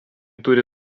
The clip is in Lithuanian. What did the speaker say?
turi